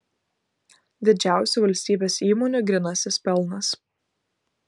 didžiausių valstybės įmonių grynasis pelnas